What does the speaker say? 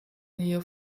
nähe